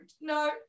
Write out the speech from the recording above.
no